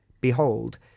behold